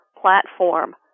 platform